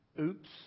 Oops